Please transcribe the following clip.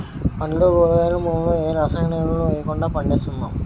పండ్లు కూరగాయలు, పువ్వులను ఏ రసాయన ఎరువులు వెయ్యకుండా పండిస్తున్నాం